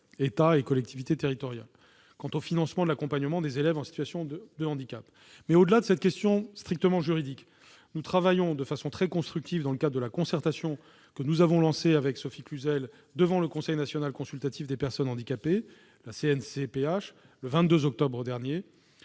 État et collectivités territoriales - quant au financement de l'accompagnement des élèves en situation de handicap. Au-delà de cette question strictement juridique, nous travaillons de façon très constructive dans le cadre de la concertation que nous avons lancée, avec Sophie Cluzel, le 22 octobre dernier, au sein du Conseil national consultatif des personnes handicapées, le CNCPH, afin de garantir